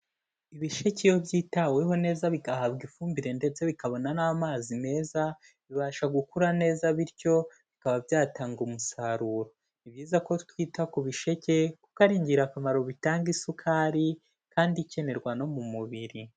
Ibisheke iyo byitaweho neza bigahabwa ifumbire ndetse bikabona n'amazi meza, bibasha gukura neza bityo, bikaba byatanga umusaruro. Ni byiza ko twita ku bisheke, kuko ari ingirakamaro bitanga isukari, kandi ikenerwa no mu mubiri.